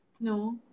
No